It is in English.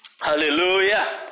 hallelujah